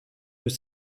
peut